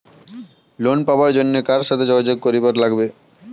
Loan পাবার জন্যে কার সাথে যোগাযোগ করিবার লাগবে?